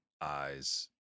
eyes